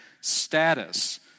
status